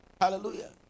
hallelujah